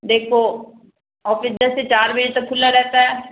देखो ऑफिस दस से चार बजे तक खुला रहता है